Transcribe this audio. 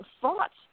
thoughts